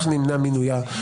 אתם עושים מו"מ עם עצמכם.